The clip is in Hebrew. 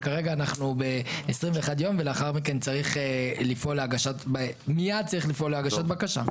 וכרגע אנחנו ב-21 יום ולאחר מכן מיד צריך לפעול להגשת בקשה.